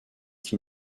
qui